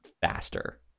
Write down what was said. faster